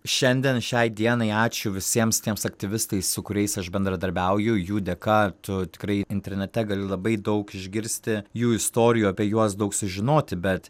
šiandien šiai dienai ačiū visiems tiems aktyvistai su kuriais aš bendradarbiauju jų dėka tu tikrai internete gali labai daug išgirsti jų istorijų apie juos daug sužinoti bet